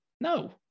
No